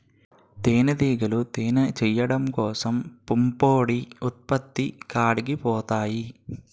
తేనిటీగలు తేనె చేయడం కోసం పుప్పొడి ఉత్పత్తి కాడికి పోతాయి